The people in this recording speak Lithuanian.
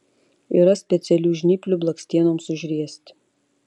yra specialių žnyplių blakstienoms užriesti